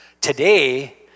Today